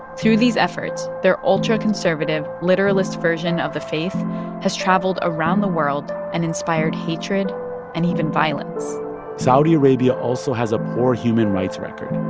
through these efforts, their ultra-conservative, literalist version of the faith has traveled around the world and inspired hatred and even violence saudi arabia also has a poor human rights record,